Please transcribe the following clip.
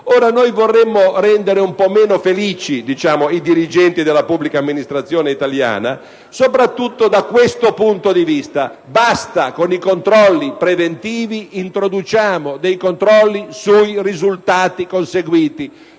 Ora, vorremmo rendere un po' meno felici i dirigenti della pubblica amministrazione italiana, soprattutto da questo punto di vista: basta con i controlli preventivi, introduciamo dei controlli sui risultati conseguiti.